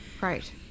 Right